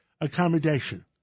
accommodation